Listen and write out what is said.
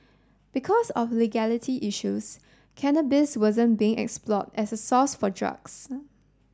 because of legality issues cannabis wasn't being explored as a source for drugs